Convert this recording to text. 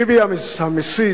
ביבי המסית